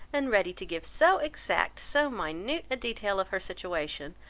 and ready to give so exact, so minute a detail of her situation,